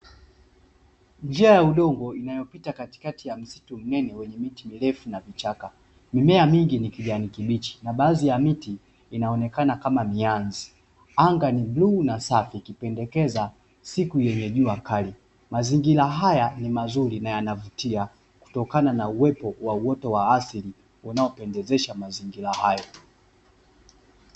Njia ya udongo inayopita katikati ya misitu mnene yenye miti mrefu na vichaka, mimea mingi ni kijani kibichi na baadhi ya miti inaonekana kama mianzi anga ni bluu na safi ikipendekeza siku yenye jua kali, mazingira haya ni mazuri na yanavutia kutokana na uwepo wa uoto wa asili unaopendezesha mazingira hayo.